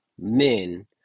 men